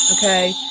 Okay